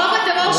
חוק הטרור,